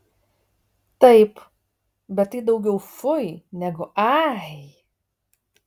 taip bet tai daugiau fui negu ai